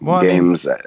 games